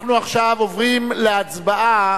אנחנו עכשיו עוברים להצבעה